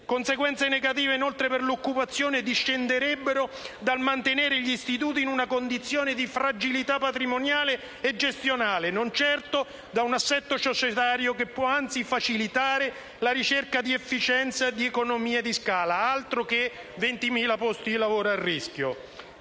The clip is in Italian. Conseguenze negative per l'occupazione, inoltre, discenderebbero dal mantenere gli istituti in una condizione di fragilità patrimoniale e gestionale, e non certo da un assetto societario che può, anzi, facilitare la ricerca di efficienza e di economie di scala. Altro che 20.000 posti di lavoro a rischio!